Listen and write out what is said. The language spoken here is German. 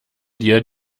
dir